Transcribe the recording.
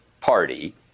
party